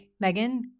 Megan